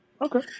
Okay